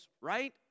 right